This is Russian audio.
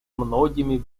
многими